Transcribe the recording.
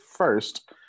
first